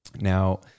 Now